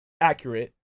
accurate